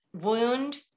wound